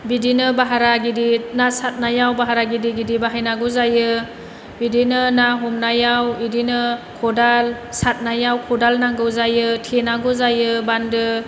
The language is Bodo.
बिदिनो भारा गिदिर ना सारनायाव भारा गिदिर गिदिर बाहायनांगौ जायो बिदिनो ना हमनायाव बिदिनो खदाल सारनायाव खदाल नांगौ जायो बिदिनो थेनांगौ जायो बान्दो